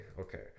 okay